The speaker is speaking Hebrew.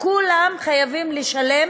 וכולם חייבים לשלם